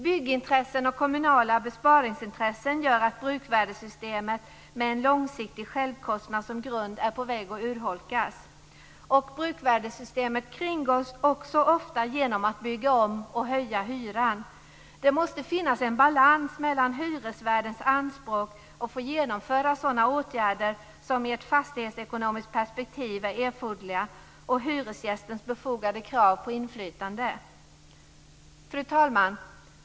Byggintressen och kommunala besparingsintressen gör att bruksvärdessystemet med en långsiktig självkostnad som grund är på väg att urholkas. Bruksvärdessystemet kringgås ofta genom att man bygger om och höjer hyran. Det måste finnas en balans mellan hyresvärdens anspråk att få genomföra sådana åtgärder som i ett fastighetsekonomiskt perspektiv är erforderliga och hyresgästens befogade krav på inflytande. Fru talman!